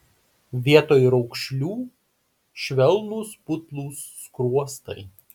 vietoj raukšlių švelnūs putlūs skruostai